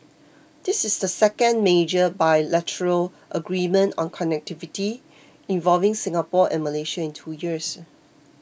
this is the second major bilateral agreement on connectivity involving Singapore and Malaysia in two years